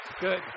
Good